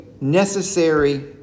necessary